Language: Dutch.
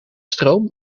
stroom